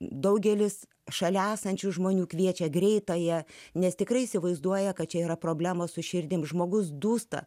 daugelis šalia esančių žmonių kviečia greitąją nes tikrai įsivaizduoja kad čia yra problemos su širdim žmogus dūsta